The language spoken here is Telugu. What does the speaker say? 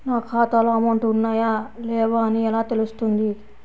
నా ఖాతాలో అమౌంట్ ఉన్నాయా లేవా అని ఎలా తెలుస్తుంది?